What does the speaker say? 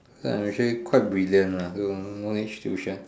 I'm actually quite brilliant lah no need tuition